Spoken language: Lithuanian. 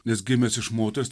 nes gimęs iš moters